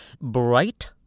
Bright